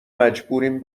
مجبوریم